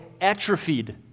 atrophied